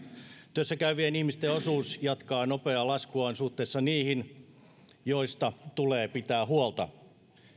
työssäkäyvien ihmisten osuus jatkaa nopeaa laskuaan suhteessa niihin joista tulee pitää huolta